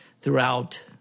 throughout